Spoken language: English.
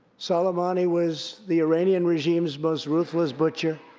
soleimani was the iranian regime's most ruthless butcher,